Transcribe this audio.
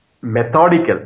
methodical